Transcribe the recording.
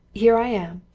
here i am!